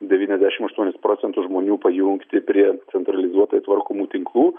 devyniasdešim aštuonis procentus žmonių pajungti prie centralizuotai tvarkomų tinklų